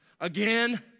again